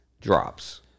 drops